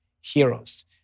heroes